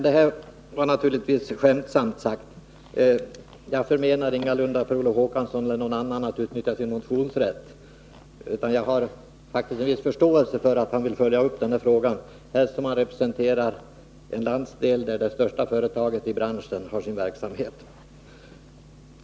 — Det här var naturligtvis skämtsamt sagt. Jag förmenar ingalunda Per Olof Håkansson eller någon annan att utnyttja sin motionsrätt, utan jag har faktiskt en viss förståelse för att han vill följa upp den här frågan, helst som han representerar en landsdel där det största företaget i denna bransch har sin verksamhet.